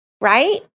right